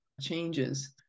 changes